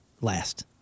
last